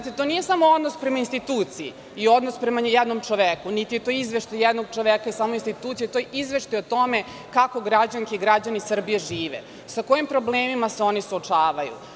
To nije samo odnos prema instituciji i odnos prema jednom čoveku, niti je to izveštaj jednog čoveka same institucije, to je izveštaj o tome građanke i građani Srbije žive, sa kojim problemima se oni suočavaju.